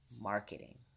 Marketing